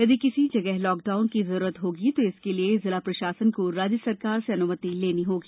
यदि किसी जगह लॉकडाउन की जरूरत होगी तो इसके लिये जिला प्रशासन को राज्य सरकार से अनुमति लेना होगी